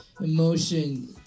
emotion